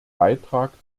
beitrag